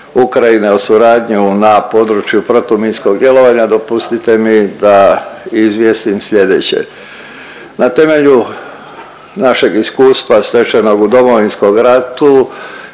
o suradnji na području protuminskog djelovanja dopustite mi da izvijestim slijedeće. Na temelju našeg iskustva stečenog u Domovinskom ratu